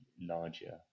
larger